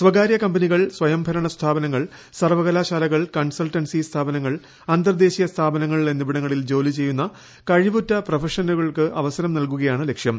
സ്വകാര്യ കമ്പനികൾ സ്വയംഭരണ സ്ഥാപനങ്ങൾ സർവകലാശാലകൾ കൺസൾട്ടൻസി സ്ഥാപനങ്ങൾ അന്തർദേശീയ സ്ഥാപനങ്ങൾ എന്നിവിടങ്ങളിൽ ജോലി ചെയ്യുന്ന കഴിവുറ്റ് പ്രൊഫഷണലുകൾക്ക് നൽകുകയാണ് ലക്ഷ്യം